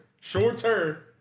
Shorter